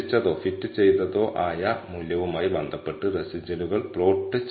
അതിനാൽ n 2 എന്നത് 12 പ്രതിനിധീകരിക്കുന്ന ഡിഗ്രി ഓഫ് ഫ്രീഡം ആണ്